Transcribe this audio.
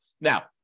now